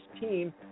team